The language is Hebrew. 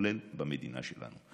המתחולל במדינה שלנו.